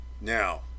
Now